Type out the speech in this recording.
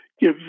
give